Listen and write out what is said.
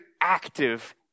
active